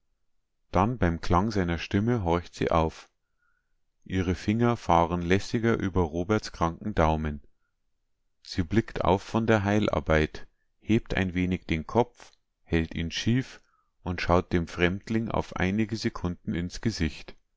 dann beim klang seiner stimme horcht sie auf ihre finger fahren lässiger über roberts kranken daumen sie blickt auf von der heilarbeit hebt ein wenig den kopf hält ihn schief und schaut dem fremdling auf einige sekunden ins gesicht